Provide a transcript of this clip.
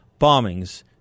bombings